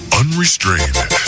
unrestrained